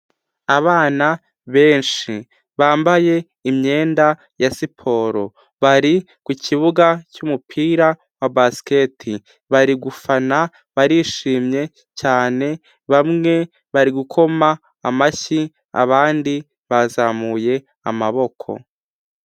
Abana benshi bambaye imyenda ya siporo, bari ku kibuga cy'umupira wa basiketi, bari gufana, barishimye cyane, bamwe bari gukoma amashyi, abandi bazamuye amaboko.